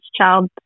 child